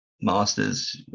Masters